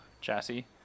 chassis